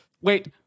Wait